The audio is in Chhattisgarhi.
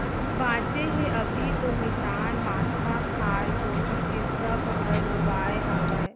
बांचे हे अभी तो मितान माथा खार कोती के बस हर लुवाय हावय